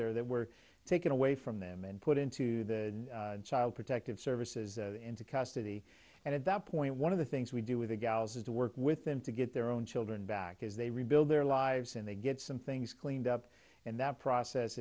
there that were taken away from them and put into the child protective services into custody and at that point one of the things we do with the gals is to work with them to get their own children back as they rebuild their lives and they get some things cleaned up and that process